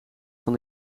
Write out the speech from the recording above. van